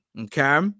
Okay